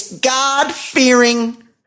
God-fearing